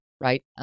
right